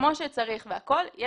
פועל כמו שצריך יש